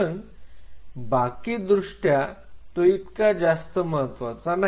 पण बाकी दृष्ट्या तो इतका जास्त महत्त्वाचा नाही